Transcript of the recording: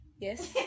Yes